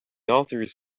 authors